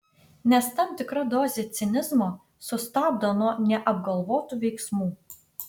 nes tam tikra dozė cinizmo sustabdo nuo neapgalvotų veiksmų